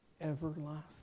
everlasting